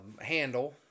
handle